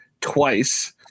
twice